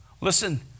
Listen